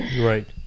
right